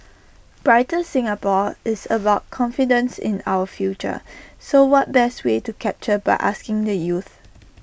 brighter Singapore is about confidence in our future so what best way to capture by asking the youth